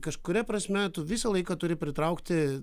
kažkuria prasme tu visą laiką turi pritraukti